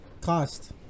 Cost